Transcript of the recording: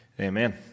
Amen